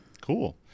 Cool